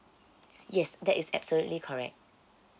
yes that is absolutely correct